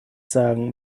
sagen